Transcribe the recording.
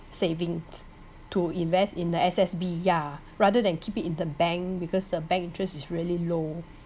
savings to invest in the S_S_B yeah rather than keep it in the bank because the bank interest is really low